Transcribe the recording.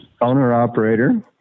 Owner-operator